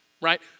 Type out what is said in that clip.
Right